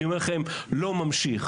אני אומר לכם שהוא לא ממשיך,